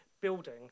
building